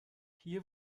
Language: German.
hier